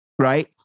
Right